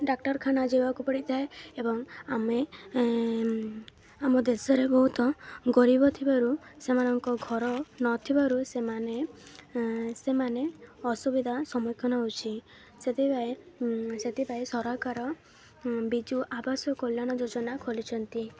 ଡାକ୍ତରଖାନା ଯିବାକୁ ପଡ଼ିଥାଏ ଏବଂ ଆମେ ଆମ ଦେଶରେ ବହୁତ ଗରିବ ଥିବାରୁ ସେମାନଙ୍କ ଘର ନଥିବାରୁ ସେମାନେ ସେମାନେ ଅସୁବିଧା ସମ୍ମୁଖୀନ ହେଉଛି ସେଥିପାଇଁ ସେଥିପାଇଁ ସରକାର ବିଜୁ ଆବାସ କଲ୍ୟାଣ ଯୋଜନା ଖୋଲିଛନ୍ତି